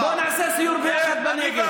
בוא נעשה סיור יחד בנגב.